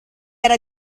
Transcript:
era